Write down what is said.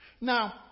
Now